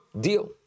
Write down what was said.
deal